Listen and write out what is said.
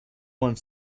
one